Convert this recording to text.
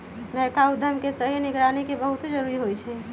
नयका उद्यम के सही निगरानी के बहुते जरूरी होइ छइ